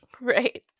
Right